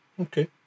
Okay